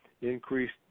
increased